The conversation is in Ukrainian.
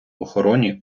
охороні